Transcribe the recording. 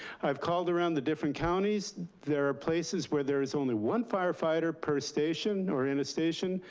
i've called around the different counties. there are places where there is only one firefighter per station or in a station,